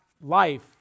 life